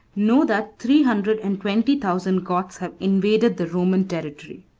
know that three hundred and twenty thousand goths have invaded the roman territory.